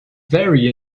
very